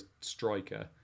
striker